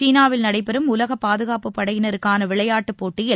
சீனாவில் நடைபெறும் உலக பாதுகாப்புப் படையினருக்கான விளையாட்டுப் போட்டியில்